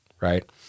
right